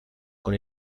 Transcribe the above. con